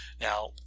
Now